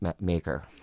maker